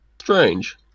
Strange